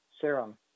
serum